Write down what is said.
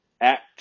act